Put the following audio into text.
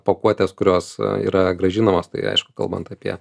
pakuotės kurios yra grąžinamos tai aišku kalbant apie